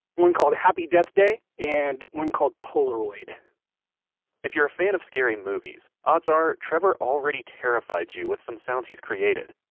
one called happy death day, and one called polaroid if you're a fan of scary movies, odds are trevor already terrified you with some sounds he's created.